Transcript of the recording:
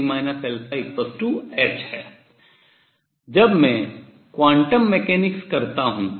जब मैं quantum mechanics quantum यांत्रिकी करता हूँ